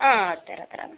ആ തരാം തരാം